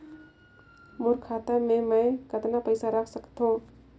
मोर खाता मे मै कतना पइसा रख सख्तो?